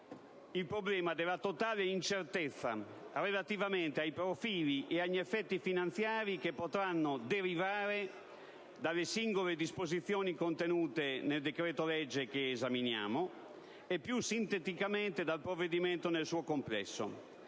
il problema della totale incertezza relativamente ai profili e agli effetti finanziari che potranno derivare dalle singole disposizioni contenute nel decreto-legge in esame e, più sinteticamente, dal provvedimento nel suo complesso.